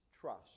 trust